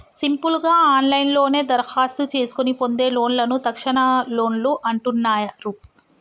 simple గా ఆన్లైన్లోనే దరఖాస్తు చేసుకొని పొందే లోన్లను తక్షణలోన్లు అంటున్నరు